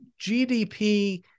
GDP